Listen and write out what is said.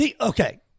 Okay